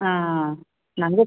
ಹಾಂ ನನಗೂ